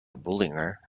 boulanger